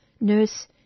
nurse